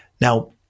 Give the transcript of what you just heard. Now